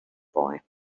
boy